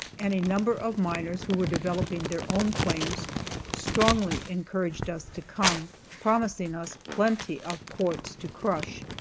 and a number of miners who were developing their own claims strongly encouraged us to come, promising us plenty of quartz to crush.